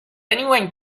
anyone